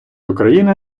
україни